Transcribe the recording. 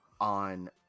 on